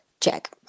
Check